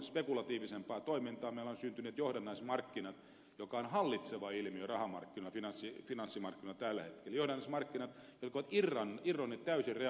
meille on syntynyt johdannaismarkkinat jotka ovat hallitseva ilmiö rahamarkkinoilla finanssimarkkinoilla tällä hetkellä johdannaismarkkinat jotka ovat irronneet täysin reaalitaloudesta